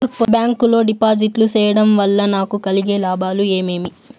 Bank లో డిపాజిట్లు సేయడం వల్ల నాకు కలిగే లాభాలు ఏమేమి?